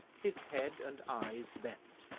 his head and eyes bent.